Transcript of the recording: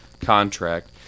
contract